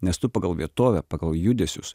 nes tu pagal vietovę pagal judesius